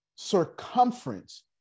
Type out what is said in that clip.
circumference